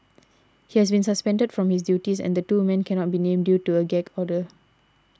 he has been suspended from his duties and the two men cannot be named due to a gag order